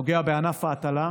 נוגע בענף ההטלה.